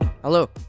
Hello